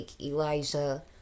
Elijah